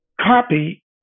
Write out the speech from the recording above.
copy